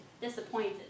disappointed